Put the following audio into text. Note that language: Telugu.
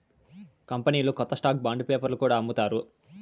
కంపెనీలు కొత్త స్టాక్ బాండ్ పేపర్లో కూడా అమ్ముతారు